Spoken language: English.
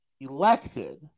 elected